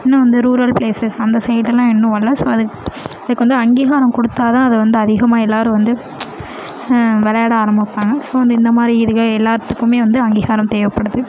இன்னும் வந்து rural places அந்த சைட் எல்லாம் இன்னும் வரல ஸோ அதுக் அதுக்கு வந்து அங்கீகாரம் கொடுத்தா தான் அதை வந்து அதிகமாக எல்லாேரும் வந்து விளையாட ஆரம்பிப்பாங்க ஸோ இந்த மாதிரி இதுவே எல்லாத்துக்குமே வந்து அங்கீகாரம் தேவைப்படுது